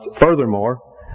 furthermore